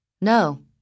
No